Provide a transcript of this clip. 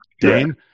Dane